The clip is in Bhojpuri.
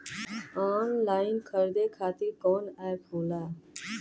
आनलाइन खरीदे खातीर कौन एप होला?